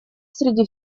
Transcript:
среди